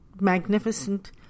magnificent